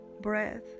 breath